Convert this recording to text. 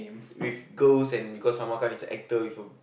with girls and because Salman-Khan is a actor with a